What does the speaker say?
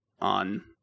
on